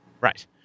Right